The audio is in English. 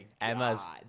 Emma's